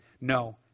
No